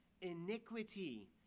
iniquity